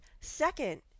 Second